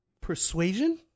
persuasion